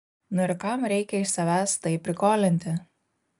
nu ir kam reikia iš savęs taip prikolinti